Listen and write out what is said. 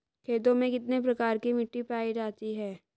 खेतों में कितने प्रकार की मिटी पायी जाती हैं?